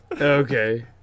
okay